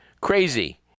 crazy